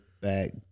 back